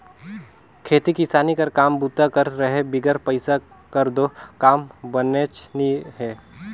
खेती किसानी कर काम बूता कर रहें बिगर पइसा कर दो काम बननेच नी हे